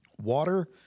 Water